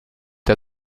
der